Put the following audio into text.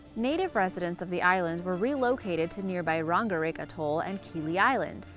native residents of the island were relocated to nearby rongerik atoll and kili island.